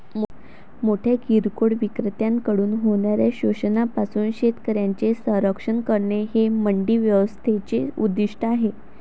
मोठ्या किरकोळ विक्रेत्यांकडून होणाऱ्या शोषणापासून शेतकऱ्यांचे संरक्षण करणे हे मंडी व्यवस्थेचे उद्दिष्ट आहे